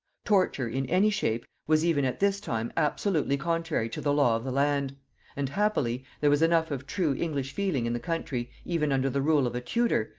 torture, in any shape, was even at this time absolutely contrary to the law of the land and happily, there was enough of true english feeling in the country, even under the rule of a tudor,